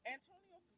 Antonio